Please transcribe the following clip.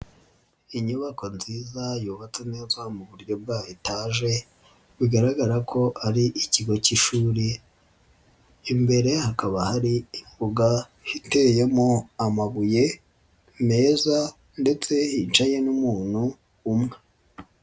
Inyubako nziza yubatse neza mu buryo bwayo etaje, bigaragara ko ari ikigo k'ishuri, imbere hakaba hari imbuga iteyemo amabuye meza ndetse hicaye n'umuntu umwe.